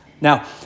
Now